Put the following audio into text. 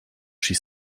she